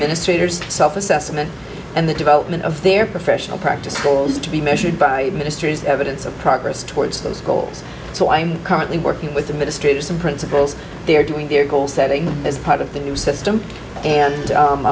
ministers self assessment and the development of their professional practice goals to be measured by ministries evidence of progress towards those goals so i'm currently working with the ministry some principals they are doing their goal setting as part of the system